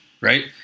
Right